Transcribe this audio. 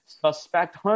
suspect